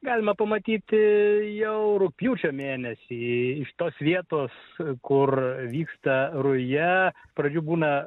galima pamatyti jau rugpjūčio mėnesį iš tos vietos kur vyksta ruja iš pradžių būna